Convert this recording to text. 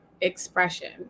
expression